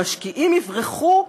המשקיעים יברחו,